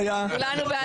כולנו בעד ההזיה.